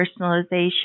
personalization